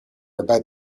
about